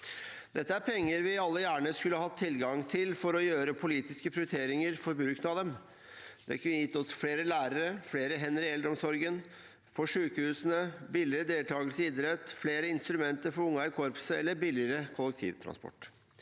Dette er penger vi alle gjerne skulle hatt tilgang til for å gjøre politiske prioriteringer i bruken av dem. Det kunne gi oss flere lærere, flere hender i eldreomsorgen og på sykehusene, billigere deltakelse i idretten, flere instrumenter for ungene i korpset eller billigere kollektivtransport.